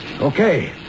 Okay